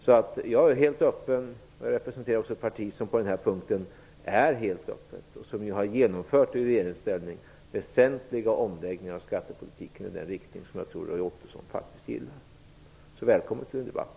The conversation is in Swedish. Jag är helt öppen och representerar även ett parti som på den här punkten är helt öppet och som i regeringsställning har genomfört väsentliga omläggningar av skattepolitiken i den riktning som jag tror Roy Ottosson faktiskt gillar. Välkommen till en debatt!